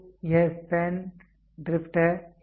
तो यह span drift है